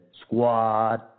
Squad